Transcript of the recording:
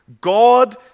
God